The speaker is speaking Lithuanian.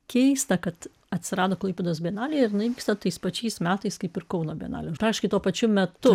keista kad atsirado klaipėdos bienalė ir jinai vyksta tais pačiais metais kaip ir kauno bienalė praktiškai tuo pačiu metu